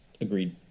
Agreed